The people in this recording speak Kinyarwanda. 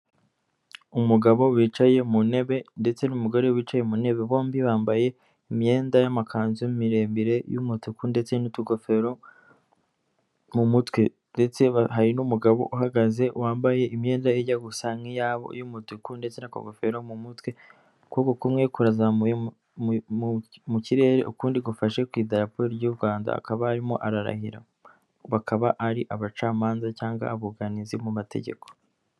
Umugabo wicaye mu ntebe ndetse n'umugore wicaye mu ntebe bombi bambaye imyenda y'amakanzu miremire y'umutuku ndetse n'utugofero mu mutwe, ndetse hari n'umugabo uhagaze wambaye imyenda ijya gusa nk'iyabo y'umutuku ndetse n'akagofero mu mutwe, ukuboko kumwe kurazamuye mu kirere ukundi gufashe ku idarapo ry'u Rwanda akaba arimo ararahira, bakaba ari abacamanza cyangwa abunganizi mu mategeko.